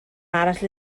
arall